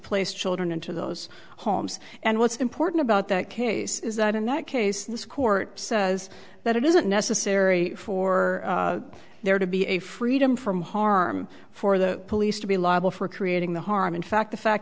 place children into those homes and what's important about that case is that in that case this court says that it isn't necessary for there to be a freedom from harm for the police to be liable for creating the harm in fact the fact